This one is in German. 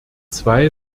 zwei